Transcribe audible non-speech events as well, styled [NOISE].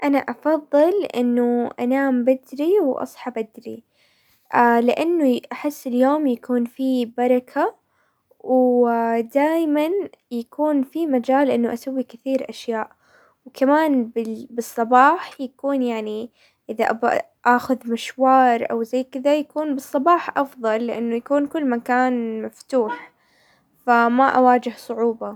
انا افضل انه انام بدري واصحى بدري، [HESITATION] لانه احس اليوم يكون فيه بركة ودايما يكون في مجال انه اسوي كثير اشياء، وكمان بالصباح يكون يعني اذا ابغى اخذ مشوار او زي كذا، يكون بالصباح افظل لانه يكون كل مكان مفتوح، فما اواجه صعوبة.